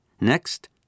Next